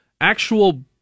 actual